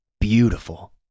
Beautiful